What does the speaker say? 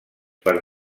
per